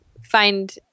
find